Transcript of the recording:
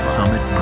Summit